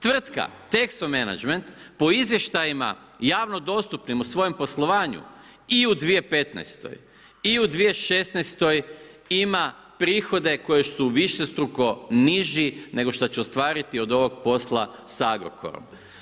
Tvrtka Texo Management, po izvještajima, javno dostupnim u svojem poslovanju i u 2015. i u 2016. ima prihode koji su višestruko niži nego što će ostvariti od ovog posla sa Agrokorom.